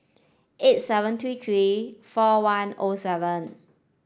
eight seven two three four one O seven